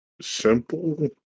simple